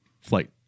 flight